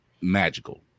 magical